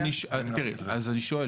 אמיר,